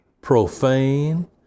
profane